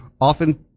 often